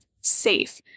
safe